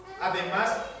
además